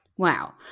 Wow